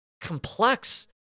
complex